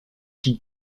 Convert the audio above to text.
die